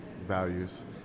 values